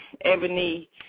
Ebony